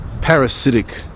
parasitic